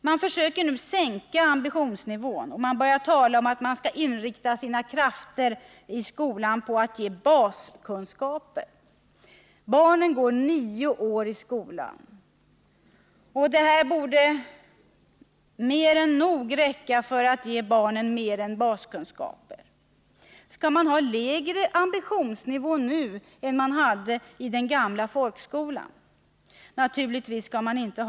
Man försöker nu sänka ambitionsnivån och börjar tala om att man skall inrikta sina krafter i skolan på att ge baskunskaper. Barnen går nio år i skolan. Den tiden borde mer än väl räcka för att ge barnen mer än baskunskaper. Skall man ha en lägre ambitionsnivå nu än man hade i den gamla folkskolan? Naturligtvis inte.